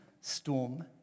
storm